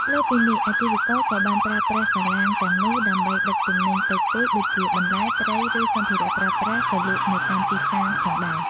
លើសពីនេះ អាជីវករក៏បានប្រើប្រាស់សាឡាងទាំងនោះដើម្បីដឹកទំនិញតិចតួចដូចជាបន្លែ ត្រី ឬសម្ភារៈប្រើប្រាស់ទៅលក់នៅតាមទីផ្សារផងដែរ។